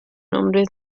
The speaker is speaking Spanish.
nombres